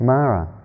Mara